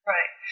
Right